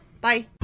Bye